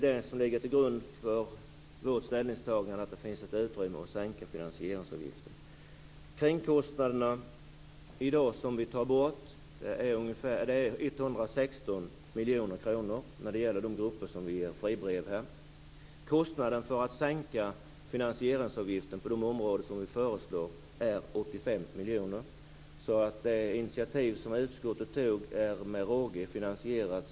Det som ligger till grund för vårt ställningstagande är att det finns ett utrymme för att sänka finansieringsavgiften. De kringskostnader som vi i dag tar bort är 116 miljoner kronor när det gäller de grupper som vi ger fribrev. Kostnaden för att sänka finansieringsavgiften på de områden som vi föreslår är 85 miljoner. Det initiativ som utskottet tog är alltså med råge finansierat.